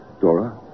Dora